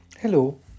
Hello